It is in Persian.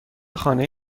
خانه